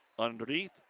Underneath